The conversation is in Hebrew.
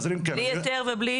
בלי היתר?